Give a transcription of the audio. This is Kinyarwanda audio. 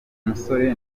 musore